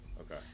Okay